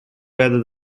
whether